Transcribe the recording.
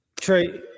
trey